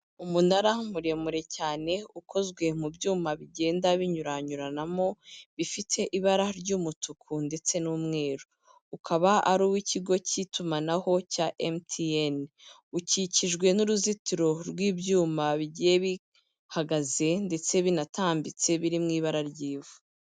Umunara muremure cyane ukozwe mu byuma bigenda binyuranyuranamo, bifite ibara ry'umutuku ndetse n'umweru, ukaba ari uw'ikigo cy'itumanaho cya MTN, ukikijwe n'uruzitiro rw'ibyuma bigiye bihagaze ndetse binatambitse biri mu ibara ry'ivu.